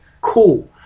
Cool